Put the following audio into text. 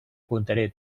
contaré